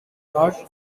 not